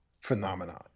phenomenon